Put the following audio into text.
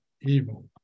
evil